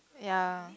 ya